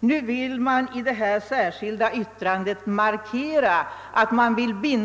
Nu vill man i detta särskilda yttrande markera att kommittén